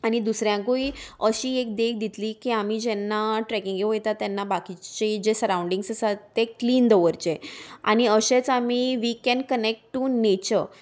आनी दुसऱ्यांकूय अशी एक देख दितली की आमी जेन्ना ट्रेकिंगे वयता तेन्ना बाकीचे जे सरावंडिंग्स आसा ते क्लीन दवरचे आनी अशेंच आमी weekend connect to nature